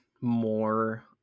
more